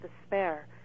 despair